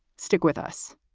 stick with us.